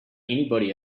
anybody